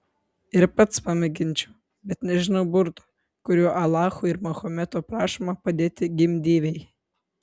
ir pats pamėginčiau bet nežinau burto kuriuo alacho ir mahometo prašoma padėti gimdyvei